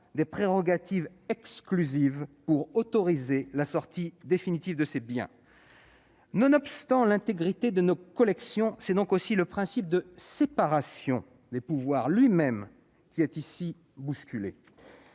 des prérogatives exclusives pour autoriser la sortie définitive de ces biens. Nonobstant l'intégrité de nos collections, c'est donc aussi le principe de séparation des pouvoirs lui-même qui est ainsi bousculé.